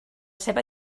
seva